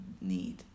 need